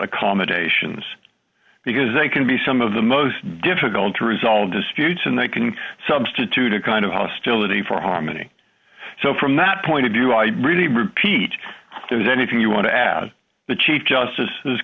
accommodations because they can be some of the most difficult to resolve disputes and they can substitute a kind of hostility for harmony so from that point do i really repeat there's anything you want to add the chief justice